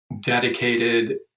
dedicated